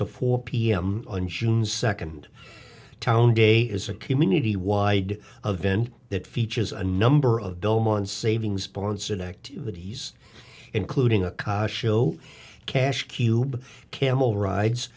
to four pm on june second town day is a community wide of event that features a number of dome on savings bonds and activities including a caution cash cube camel rides